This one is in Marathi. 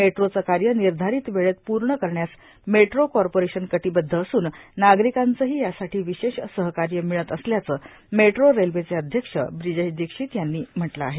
मेट्रोचं कार्य निर्धारित वेळेत पूर्ण करण्यास मेट्रो कॉर्पोरेशन कटिबद्ध असून नागरिकांचंही यासाठी विशेष सहकार्य मिळत असल्याचं मेट्रो रेल्वेचे अध्यक्ष ब्रिजेश दिक्षित यांनी म्हटलं आहे